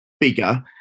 bigger